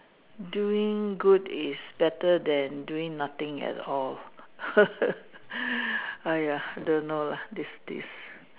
doing good is better than doing nothing at all !aiya! don't know lah this this